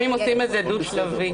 עושים את זה דו שלבי